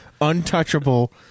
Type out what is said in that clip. untouchable